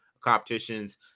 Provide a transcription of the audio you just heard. competitions